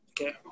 Okay